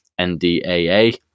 NDAA